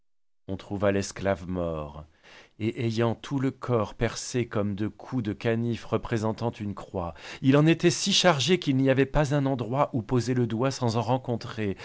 on trouva l'esclave mort et ayant tout le corps percé comme de coups de canif représentant une croix il en était si chargé qu'il n'y avait pas un endroit où poser le doigt sans en rencontrer